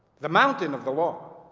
the mountain of the law.